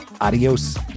adios